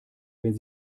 wenn